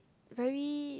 very